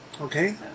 okay